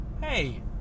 Hey